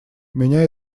меня